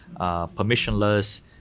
permissionless